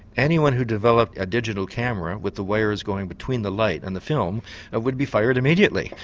anyone who developed a digital camera with the wires going between the light and the film would be fired immediately.